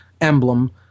emblem